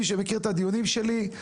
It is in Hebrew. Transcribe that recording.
מי שמכיר את הדיונים שלי,